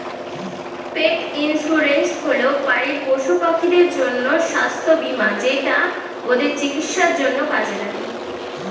পেট insurance হল বাড়ির পশুপাখিদের জন্য স্বাস্থ্য বীমা যেটা ওদের চিকিৎসার জন্য কাজে লাগে